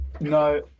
No